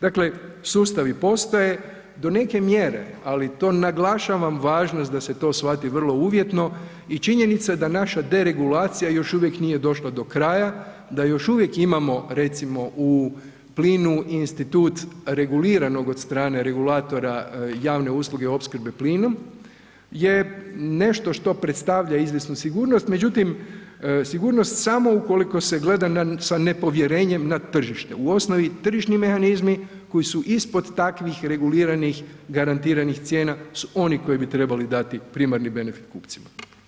Dakle, sustavi postoje do neke mjere ali to naglašavam važnost da se to shvati vrlo uvjetno i činjenica da naša deregulacija još uvijek nije došla do kraja, da još uvijek imamo recimo u plinu institut regularnog od strane regulatora javne usluge opskrbe plinom je nešto što predstavlja izvjesnu sigurnost međutim sigurnost samo ukoliko se gleda sa nepovjerenjem na tržište, u osnovi tržišni mehanizmi koji su ispod takvih reguliranih garantiranih cijena su oni koji bi trebali dati primarni benefit kupcima.